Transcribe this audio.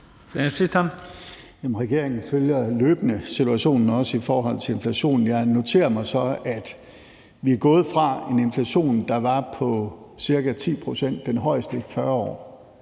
Regeringen følger løbende situationen, også i forhold til inflationen. Jeg noterer mig så, at vi er gået fra en inflation, der var på ca. 10 pct. – den højeste i 40 år